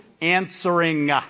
answering